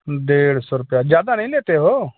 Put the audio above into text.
डेढ़ सौ रूपये ज़्यादा नहीं लेते हो